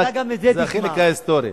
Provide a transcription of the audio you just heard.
זה החלק ההיסטורי.